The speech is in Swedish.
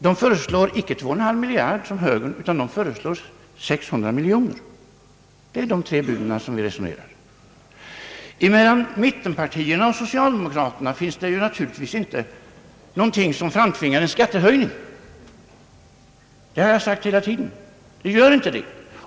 De föreslår icke 2,5 miljarder som högern, utan föreslår 600 miljoner kronor. Det är de tre bud som vi resonerar om. Skillnaden mellan mittenpartiernas förslag och socialdemokraternas förslag är inte så stor att en skattehöjning framtvingas — det har jag sagt hela tiden.